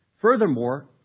furthermore